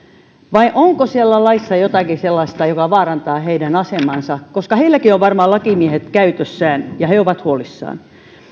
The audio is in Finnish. vai onko siellä laissa jotakin sellaista joka vaarantaa heidän asemansa heilläkin on varmaankin lakimiehet käytössään ja he ovat huolissaan